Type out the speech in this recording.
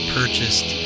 purchased